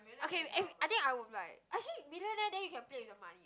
okay eh I think I would like actually millionaire then you can play with the money